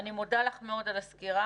אני מודה לך מאוד על הסקירה.